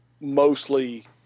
mostly